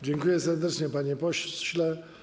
Dziękuję serdecznie, panie pośle.